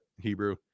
hebrew